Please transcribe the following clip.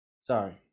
sorry